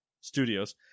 Studios